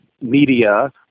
media